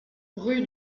rue